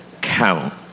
count